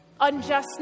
unjustness